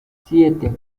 siete